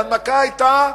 ההנמקה היתה ביטחונית.